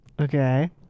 Okay